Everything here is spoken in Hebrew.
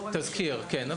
תזכיר, כן.